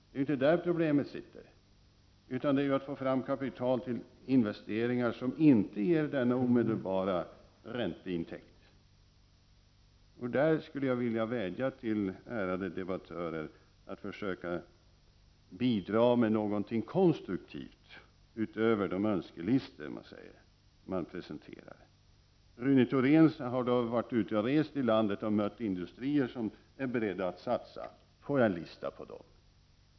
Det är inte där problemet ligger, utan det är att få fram kapital till investeringar som inte ger denna omedelbara ränteintäkt. Jag vädjar till ärade debattörer att försöka bidra med någonting konstruktivt utöver de önskelistor man har presenterat. Rune Thorén hade varit ute och rest i landet och mött industrier som är beredda att satsa. Kan jag få en lista över dem?